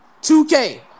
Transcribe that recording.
2K